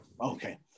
Okay